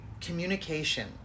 communication